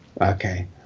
Okay